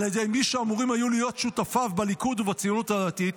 ידי מי שאמורים היו להיות שותפיו בליכוד ובציונות הדתית,